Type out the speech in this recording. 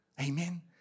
Amen